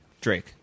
Drake